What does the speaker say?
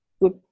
good